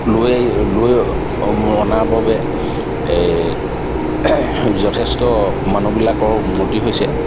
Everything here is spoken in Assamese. লৈ লৈ অনাৰ বাবে এই যথেষ্ট মানুহবিলাকৰ উন্নতি হৈছে